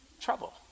trouble